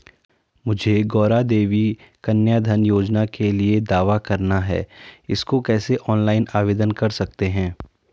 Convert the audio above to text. मुझे गौरा देवी कन्या धन योजना के लिए दावा करना है इसको कैसे ऑनलाइन आवेदन कर सकते हैं?